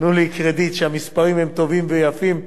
תנו לי קרדיט שהמספרים טובים ויפים,